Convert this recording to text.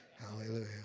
hallelujah